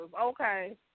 Okay